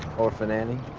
orphan annie.